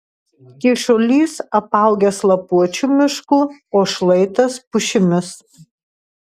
kyšulys apaugęs lapuočių mišku o šlaitas pušimis